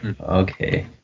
Okay